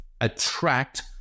attract